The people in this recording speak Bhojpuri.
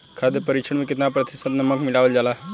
खाद्य परिक्षण में केतना प्रतिशत नमक मिलावल जाला?